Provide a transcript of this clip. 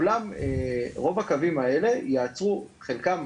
רוב הקווים האלה ייעצרו חלקם,